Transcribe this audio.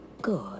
good